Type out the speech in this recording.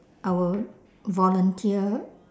I would volunteer